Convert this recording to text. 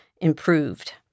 improved